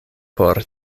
por